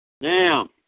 Now